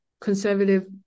conservative